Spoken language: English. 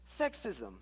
sexism